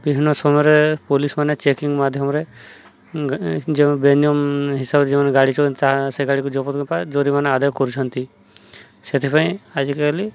ବିଭିନ୍ନ ସମୟରେ ପୋଲିସ୍ ମାନେ ଚେକିଂ ମାଧ୍ୟମରେ ଯେଉଁ ବେନିୟମ ହିସାବରେ ଯେଉଁମାନେ ଗାଡ଼ି ଚଳାନ୍ତି ସେ ଗାଡ଼ିକୁ ଜବତ ଜୋରିମାନେ ଆଦାୟ କରୁଛନ୍ତି ସେଥିପାଇଁ ଆଜିକାଲି